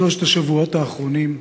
בשלושת השבועות האחרונים,